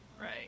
Right